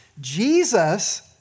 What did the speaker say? Jesus